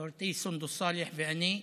חברתי סונדוס סאלח ואני,